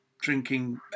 drinking